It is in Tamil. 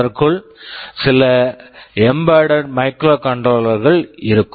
அதற்குள் சில எம்பெட்டட் embedded மைக்ரோகண்ட்ரோலர் microcontroller கள் இருக்கும்